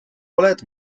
oled